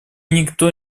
никто